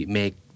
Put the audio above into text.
make